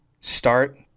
start